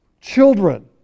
Children